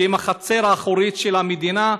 שהם החצר האחורית של המדינה,